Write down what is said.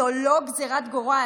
זו לא גזרת גורל.